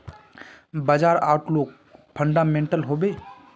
बाजार outlook fundamental हैवै?